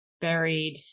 buried